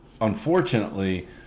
Unfortunately